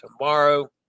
tomorrow